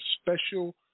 special